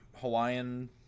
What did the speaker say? Hawaiian